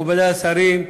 מכובדי השרים,